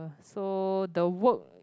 so the work